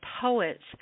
poets